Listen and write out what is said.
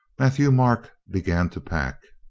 matthieu-marc began to pack.